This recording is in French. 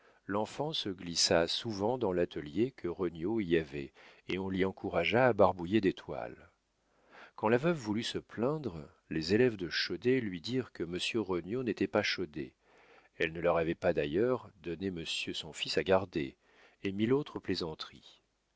l'enfant se glissa souvent dans l'atelier que regnauld y avait et on l'y encouragea à barbouiller des toiles quand la veuve voulut se plaindre les élèves de chaudet lui dirent que monsieur regnauld n'était pas chaudet elle ne leur avait pas d'ailleurs donné monsieur son fils à garder et mille autres plaisanteries